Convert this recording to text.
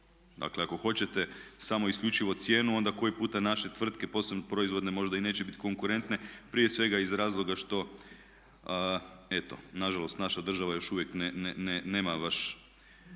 Dakle, ako hoćete samo isključivo cijenu onda koji puta naše tvrtke posebno proizvodne možda i neće biti konkurentne, prije svega iz razloga što eto nažalost naša država još uvijek nema baš